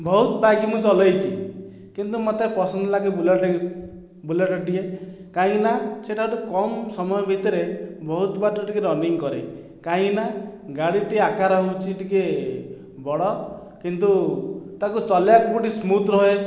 ବହୁତ ବାଇକ ମୁଁ ଚଲେଇଛି କିନ୍ତୁ ମତେ ପସନ୍ଦ ଲାଗେ ବୁଲେଟ ବୁଲେଟଟିଏ କାହିଁକି ନା ସେ'ଟା ଗୋଟିଏ କମ ସମୟ ଭିତରେ ବହୁତ ବାଟ ଟିକିଏ ରନିଙ୍ଗ୍ କରେ କାହିଁକି ନା ଗାଡ଼ିଟି ଆକାର ହେଉଛି ଟିକିଏ ବଡ଼ କିନ୍ତୁ ତାକୁ ଚଲେଇବାକୁ ଟିକିଏ ସ୍ମୁଥ ରହେ